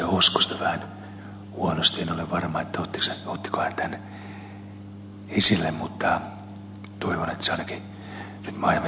hoskosta vähän huonosti en ole varma ottiko hän tämän esille mutta toivon että siitä ainakin maa ja metsätalousvaliokunnassa keskustellaan